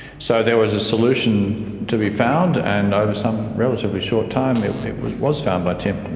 so there was a solution to be found and, over some relatively short time, it it was was found by tim.